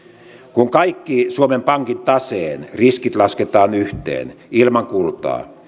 kun kaikki suomen pankin taseen riskit lasketaan yhteen ilman kultaa